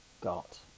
got